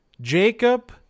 Jacob